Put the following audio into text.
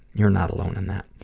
you're not alone on that.